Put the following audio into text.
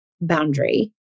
boundary